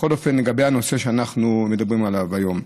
בכל אופן, לגבי הנושא שאנחנו מדברים עליו היום.